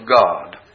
God